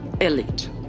elite